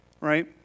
right